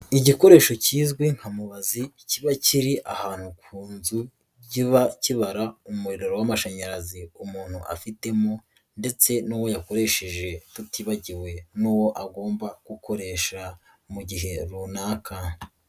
Igikoresho kizwi nka mubazi kiba kiri ahantu ku nzu kiba kibara umuriro w'amashanyarazi umuntu afitemo ndetse n'uwo yakoresheje, tutibagiwe n'uwo agomba gukoresha mu gihe runaka.